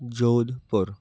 Jodhpur